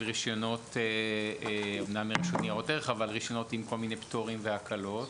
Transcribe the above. רישיונות אמנם מרשות ניירות ערך אבל רישיונות עם כל מיני פטורים והקלות.